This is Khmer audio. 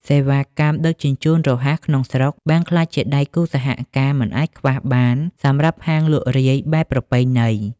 សេវាកម្មដឹកជញ្ជូនរហ័សក្នុងស្រុក បានក្លាយជាដៃគូសហការមិនអាចខ្វះបានសម្រាប់ហាងលក់រាយបែបប្រពៃណី។